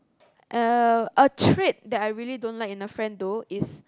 uh a trait that I really don't like in a friend though is